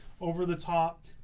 over-the-top